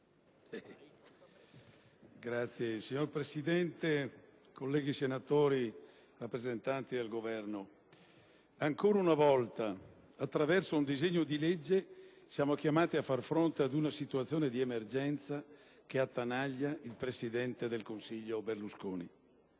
*(IdV)*. Signor Presidente, colleghi senatori, rappresentanti del Governo, ancora una volta attraverso un disegno di legge siamo chiamati a far fronte ad una situazione di emergenza che attanaglia il presidente del Consiglio Berlusconi.